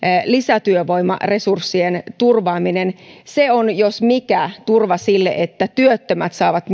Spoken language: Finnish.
lisätyövoimaresurssien turvaaminen se jos mikä on turva sille että työttömät saavat